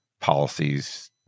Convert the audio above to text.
policies